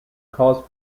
caused